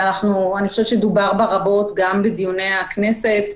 דובר בה רבות גם בדיוני הכנסת.